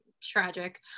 tragic